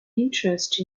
interest